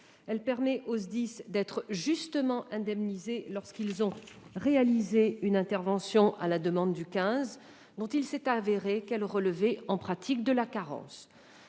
Elle permet aux SDIS d'être justement indemnisés lorsqu'ils ont réalisé une intervention à la demande du 15 dont il est avéré qu'elle relevait en pratique de la carence.